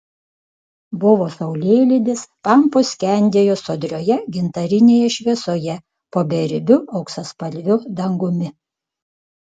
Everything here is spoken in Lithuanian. buvo saulėlydis pampos skendėjo sodrioje gintarinėje šviesoje po beribiu auksaspalviu dangumi